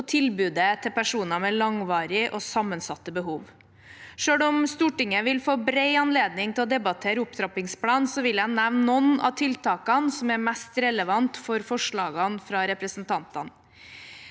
og tilbudet til personer med langvarige og sammensatte behov. Selv om Stortinget vil få bred anledning til å debattere opptrappingsplanen, vil jeg nevne noen av tiltakene som er mest relevante for forslagene fra representantene.